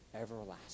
everlasting